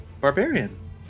Barbarian